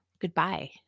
goodbye